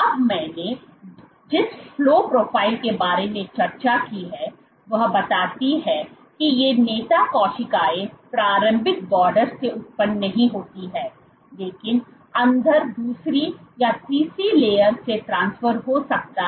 अब मैंने जिस फ्लो प्रोफाइल के बारे में चर्चा की है वह बताती है किये नेता कोशिकाएं प्रारंभिक बॉर्डर से उत्पन्न नहीं होती हैं लेकिन अंदर दूसरी या तीसरी लेयर से ट्रांसफर हो सकता है